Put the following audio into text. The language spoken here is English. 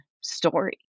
story